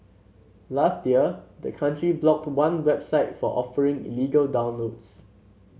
last year the country blocked one website for offering illegal downloads